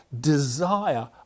desire